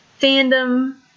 fandom